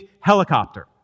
helicopter